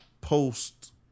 post